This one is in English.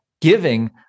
giving